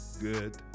good